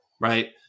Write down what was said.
right